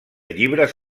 llibres